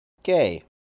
okay